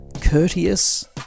courteous